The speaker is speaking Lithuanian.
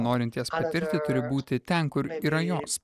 norintys patirti turi būti ten kur yra jos